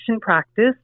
practice